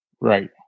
Right